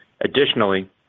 Additionally